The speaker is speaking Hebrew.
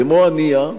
כמו הנייה,